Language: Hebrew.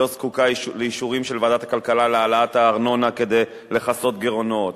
לא זקוקה לאישורים של ועדת הכלכלה להעלאת הארנונה כדי לכסות גירעונות,